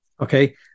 okay